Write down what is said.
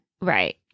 right